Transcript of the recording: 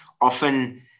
often